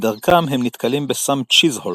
בדרכם הם נתקלים בסם צ'יזהולם,